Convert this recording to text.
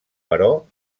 però